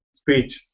speech